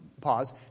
pause